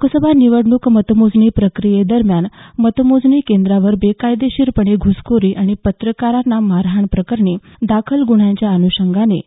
लोकसभा निवडणूक मतमोजणी प्रक्रियेदरम्यान मतमोजणी केंद्रावर बेकायदेशीरपणे घुसखोरी आणि पत्रकार मारहाणप्रकरणी दाखल गुन्ह्य़ाच्या अनुषंगाने